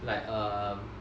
like um